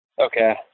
Okay